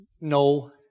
No